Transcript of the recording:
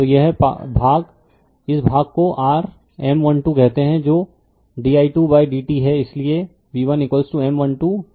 तो यह भाग इस भाग को rM12 कहते हैं जो di2dt है इसलिए v1M12di2dt हैं